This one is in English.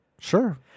Sure